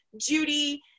Judy